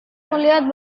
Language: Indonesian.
melihat